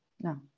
no